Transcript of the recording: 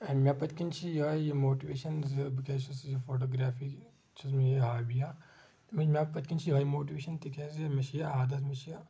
مےٚ پٔتۍ کِن چھِ یِہٕے یہِ موٹویشن زِ بہٕ کیٛازِ چھُس یہِ فوٹوگرافی چھُس میٲنۍ ہابی اکھ تہٕ وۄنۍ مےٚ اکھ پٔتۍ کِن چھِ یِہٕے اکھ موٹویشن کہِ یہِ حظ یہِ مےٚ چھِ یہِ عادت مےٚ چھِ یہِ